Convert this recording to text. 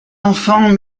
enfants